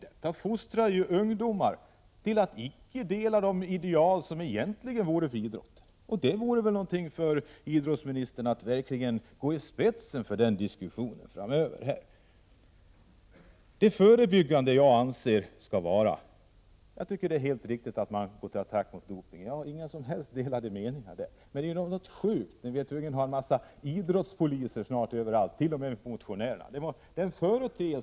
Detta fostrar ungdomar till att inte dela de ideal som egentligen borde gälla för idrotten. Den diskussionen vore något för idrottsministern att verkligen gå i spetsen för framöver. Det förebyggande arbetet. Det är helt riktigt att gå till attack mot dopingen. Idrottsministern och jag har inga som helst delade meningar på den punkten. Det är emellertid något som är sjukt när vi är tvungna att ha en massa idrottspoliser överallt, t.o.m. i förhållande till motionsidrotten.